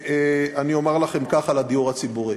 אני אומר לכם ככה על הדיור הציבורי: